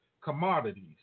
commodities